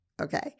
Okay